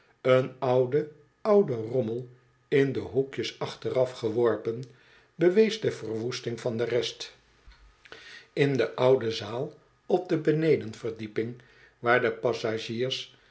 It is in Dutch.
een oude oude rommel in de hoekjes achteraf geworpen bewees de verwoesting van de rest in de oude zaal op de benedenverdieping waar de passagiers